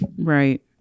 Right